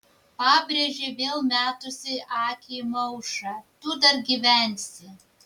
pabrėžė vėl metusi akį į maušą tu dar gyvensi